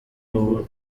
ubu